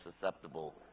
susceptible